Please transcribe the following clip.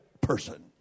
person